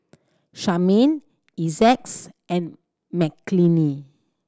Carmine Essex and Mckinley